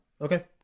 Okay